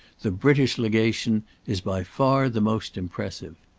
the british legation is by far the most impressive.